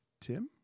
Tim